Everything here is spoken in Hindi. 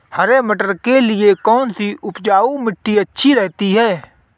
हरे मटर के लिए कौन सी उपजाऊ मिट्टी अच्छी रहती है?